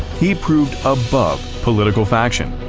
he proved above political faction,